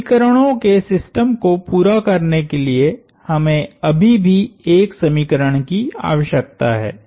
समीकरणों के सिस्टम को पूरा करने के लिए हमें अभी भी एक समीकरण की आवश्यकता है